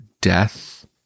death